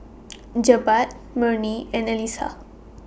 Jebat Murni and Alyssa